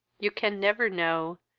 you can never know,